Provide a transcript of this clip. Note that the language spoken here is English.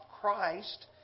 Christ